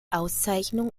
auszeichnung